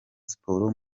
siporo